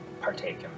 partake